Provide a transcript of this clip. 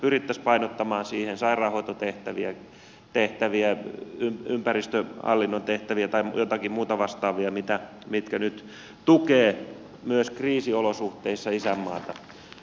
pyrittäisiin painottamaan siihen sairaanhoitotehtäviä ympäristöhallinnon tehtäviä tai joitakin muita vastaavia mitkä nyt tukevat myös kriisiolosuhteissa isänmaata